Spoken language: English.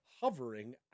hovering